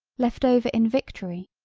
left over in victory,